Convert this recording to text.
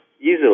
easily